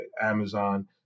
Amazon